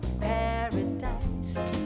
paradise